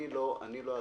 אני לא אצביע